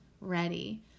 ready